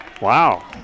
Wow